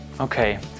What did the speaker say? Okay